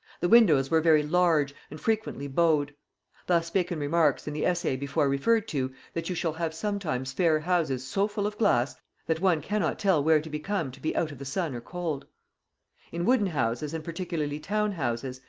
the windows were very large, and frequently bowed thus bacon remarks, in the essay before referred to, that you shall have sometimes fair houses so full of glass that one cannot tell where to become to be out of the sun or cold in wooden houses and particularly town houses,